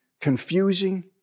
confusing